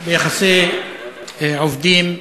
ביחסי עבודה,